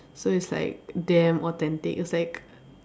so it's like damn authentic it's like